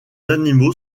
animaux